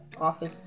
office